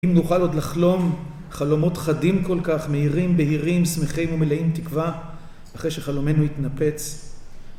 אם נוכל עוד לחלום, חלומות חדים כל כך, מהירים, בהירים, שמחים ומלאים תקווה אחרי שחלומנו יתנפץ.